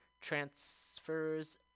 transfers